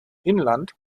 inland